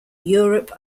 europe